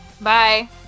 Bye